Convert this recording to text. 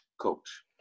coach